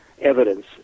evidence